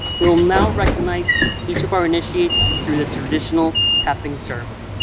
we will now recognize each of our initiates through the traditional capping ceremony.